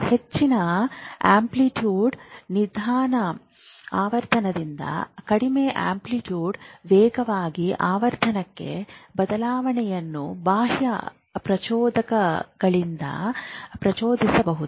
ಹೆಚ್ಚಿನ ಆಂಪ್ಲಿಟ್ಯೂಡ್ ನಿಧಾನ ಆವರ್ತನದಿಂದ ಕಡಿಮೆ ಆಂಪ್ಲಿಟ್ಯೂಡ್ ವೇಗದ ಆವರ್ತನಕ್ಕೆ ಬದಲಾವಣೆಯನ್ನು ಬಾಹ್ಯ ಪ್ರಚೋದಕಗಳಿಂದ ಪ್ರಚೋದಿಸಬಹುದು